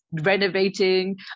renovating